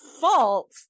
fault